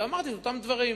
ואמרתי את אותם דברים.